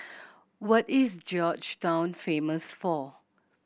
what is Georgetown famous for